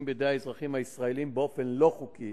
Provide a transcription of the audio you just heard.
בידי האזרחים הישראלים באופן לא חוקי,